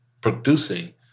producing